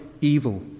evil